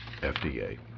FDA